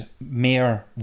Mayor